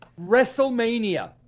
WrestleMania